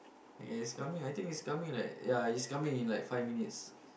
okay it's coming I think it's coming in like ya it's coming in like five minutes